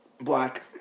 Black